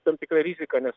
tam tikra rizika nes